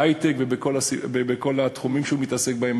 בהיי-טק ובכל התחומים שהוא מתעסק בהם,